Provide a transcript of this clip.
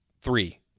Three